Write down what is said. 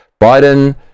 biden